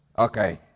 Okay